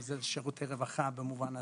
אבל אלה שירותי רווחה במובן הזה.